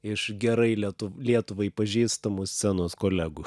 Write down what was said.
iš gerai lietuv lietuvai pažįstamų scenos kolegų